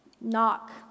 Knock